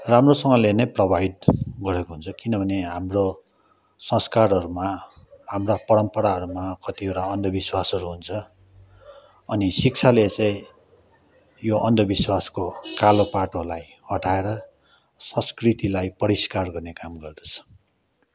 राम्रोसँगले नै प्रभावित गरेको हुन्छ किनभने हाम्रो संस्कारहरूमा हाम्रा परम्पराहरूमा कतिवटा अन्धविश्वासहरू हुन्छ अनि शिक्षाले चाहिँ यो अन्धविश्वासको कालो पाटोलाई हटाएर संस्कृतिलाई परिष्कार गर्ने काम गर्दछ